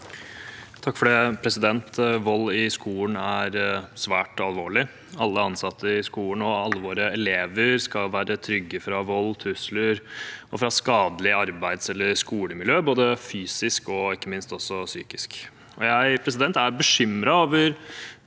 Øvstegård (SV) Vold i skolen er svært alvorlig. Alle ansatte i skolen og alle våre elever skal være trygge for vold, trusler og skadelig arbeids- eller skolemiljø, både fysisk og ikke minst også psykisk. Jeg er bekymret over